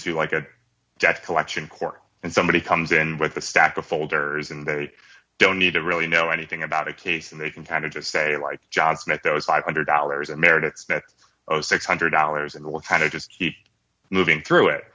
to like a debt collection court and somebody comes in with a stack of folders and they don't need to really know anything about a case and they can kind of just say like john smith those five hundred dollars and merits that six hundred dollars and what kind of just keep moving through it